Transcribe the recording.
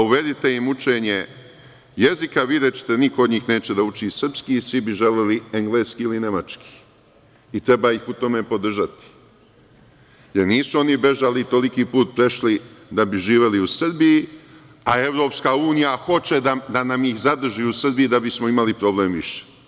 Uvedite im učenje jezika, videćete, niko od njih neće da uči srpski, svi bi želeli engleski ili nemački, i treba ih u tome podržati, jer oni nisu oni bežali, toliki put prešli, da bi živeli u Srbiji, a EU hoće da nam ih zadrži u Srbiji da bismo imali problem više.